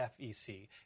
FEC